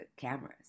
cameras